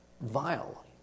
Vile